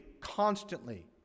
constantly